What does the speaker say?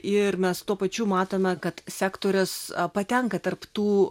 ir mes tuo pačiu matome kad sektorius patenka tarp tų